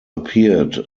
appeared